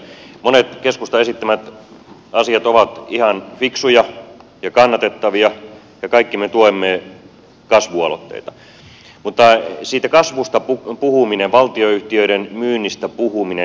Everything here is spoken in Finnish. monet keskustan esittämät asiat ovat ihan fiksuja ja kannatettavia ja kaikki me tuemme kasvualoitteita mutta siitä kasvusta puhuminen valtionyhtiöiden myynnistä puhuminen